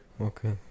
okay